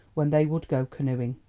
when they would go canoeing.